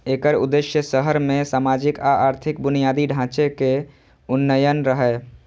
एकर उद्देश्य शहर मे सामाजिक आ आर्थिक बुनियादी ढांचे के उन्नयन रहै